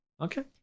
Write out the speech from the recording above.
Okay